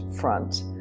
front